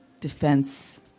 Defense